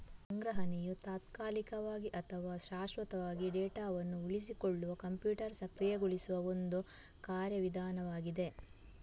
ಸಂಗ್ರಹಣೆಯು ತಾತ್ಕಾಲಿಕವಾಗಿ ಅಥವಾ ಶಾಶ್ವತವಾಗಿ ಡೇಟಾವನ್ನು ಉಳಿಸಿಕೊಳ್ಳಲು ಕಂಪ್ಯೂಟರ್ ಸಕ್ರಿಯಗೊಳಿಸುವ ಒಂದು ಕಾರ್ಯ ವಿಧಾನವಾಗಿದೆ